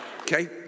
Okay